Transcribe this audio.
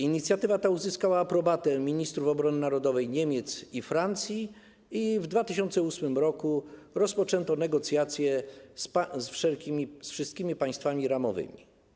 Inicjatywa ta uzyskała aprobatę ministrów obrony narodowej Niemiec i Francji i w 2008 r. rozpoczęto negocjacje z wszystkimi państwami ramowymi.